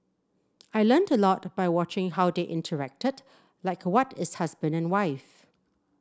I learnt a lot by watching how they interacted like what is husband and wife